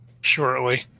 shortly